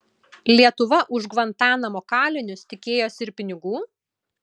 lietuva už gvantanamo kalinius tikėjosi ir pinigų